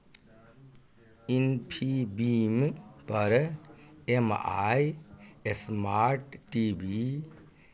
इन्फीबीमपर M I smart T V